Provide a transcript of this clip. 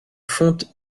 fonte